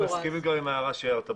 אני מסכים עם ההערה שהערת בסוף.